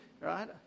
Right